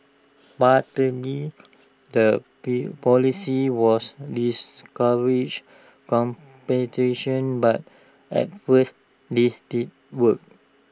partly the P policy was discourage competition but at first this did work